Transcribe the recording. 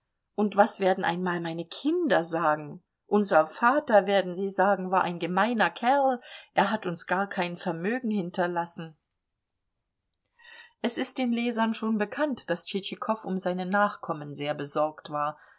und was werden einmal meine kinder sagen unser vater werden sie sagen war ein gemeiner kerl er hat uns gar kein vermögen hinterlassen es ist den lesern schon bekannt daß tschitschikow um seine nachkommen sehr besorgt war